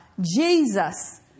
Jesus